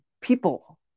people